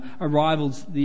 arrivals